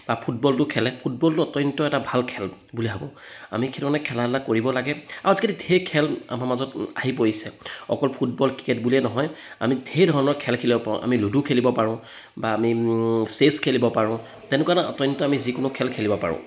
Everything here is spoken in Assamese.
বা ফুটবলটো খেলে ফুটবলটো অত্যন্ত এটা ভাল খেল বুলি ভাবোঁ আমি সেইটো কাৰণে খেলা ধূলা কৰিব লাগে আৰু আজিকালি ধেৰ খেল আমাৰ মাজত আহি পৰিছে অকল ফুটবল ক্ৰিকেট বুলিয়ে নহয় আমি ধেৰ ধৰণৰ খেল খেলিব পাৰোঁ আমি লুডু খেলিব পাৰোঁ বা আমি চে্চ খেলিব পাৰোঁ তেনেকুৱা অত্যন্ত আমি যিকোনো খেল খেলিব পাৰোঁ